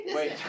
Wait